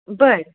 बरं